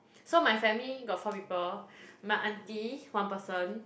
so my family got four people my aunty one person